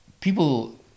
people